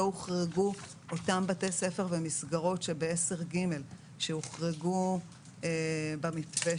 לא הוחרגו אותם בתי ספר ומסגרות שב-10(ג) שהוחרגו במתווה